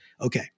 okay